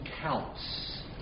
counts